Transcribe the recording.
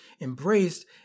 embraced